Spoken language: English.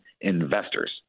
investors